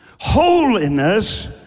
Holiness